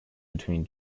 between